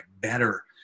better